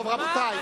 טוב, רבותי.